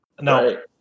No